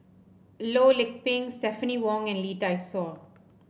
Loh Lik Peng Stephanie Wong and Lee Dai Soh